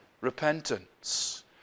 repentance